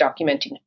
documenting